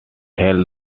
held